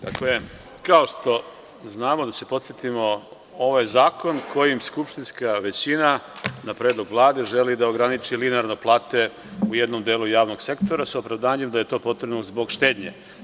Dakle, da se podsetimo, kao što znamo, ovo je zakon kojim skupštinska većina na predlog Vlade želi da ograniči linearno plate u jednom delu javnog sektora, sa opravdanjem da je to potrebno zbog štednje.